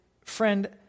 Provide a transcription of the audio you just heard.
Friend